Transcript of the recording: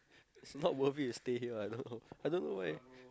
is not worth it to stay here I don't know I don't know why